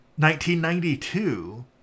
1992